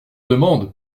demande